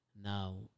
now